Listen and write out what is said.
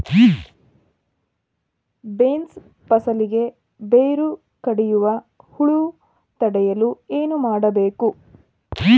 Beans ಫಸಲಿಗೆ ಬೇರು ಕಡಿಯುವ ಹುಳು ತಡೆಯಲು ಏನು ಮಾಡಬೇಕು?